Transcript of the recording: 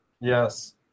yes